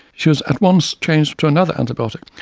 she was at once changed to another antibiotic,